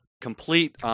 complete